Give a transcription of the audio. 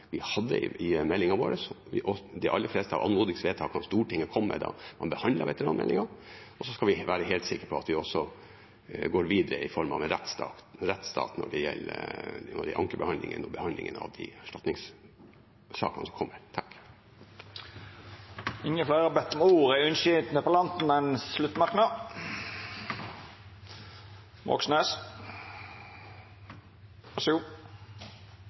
vi hadde i meldingen vår, og de aller fleste av anmodningsvedtakene som Stortinget kom med da man behandlet veteranmeldingen. Og så skal vi være helt sikre på at vi også går videre i rettsstaten når det gjelder ankebehandlingen og behandlingen av de erstatningssakene som kommer. Takk for svarene foreløpig fra forsvarsministeren. Jeg vil bruke det siste innlegget mitt på tre ting. Det ene er å gjenta spørsmålet om